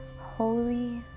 holy